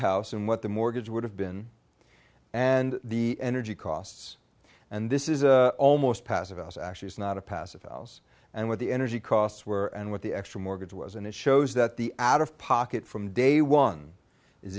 house and what the mortgage would have been and the energy costs and this is a almost passive us actually is not a passive files and what the energy costs were and what the extra mortgage was and it shows that the out of pocket from day one is